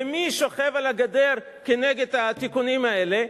ומי שוכב על הגדר נגד התיקונים האלה?